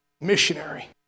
missionary